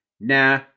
Nah